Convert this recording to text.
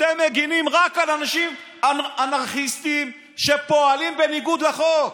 אתם מגינים רק על אנשים אנרכיסטים שפועלים בניגוד לחוק.